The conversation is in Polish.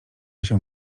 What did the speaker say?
się